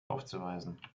aufzuweisen